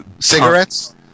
cigarettes